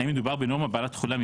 האם מדובר בנורמה בעלת תחולה ...